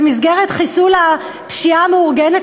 במסגרת חיסול הפשיעה המאורגנת,